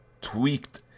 tweaked